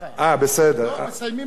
מסיימים בדבר תורה, לא מוסיפים.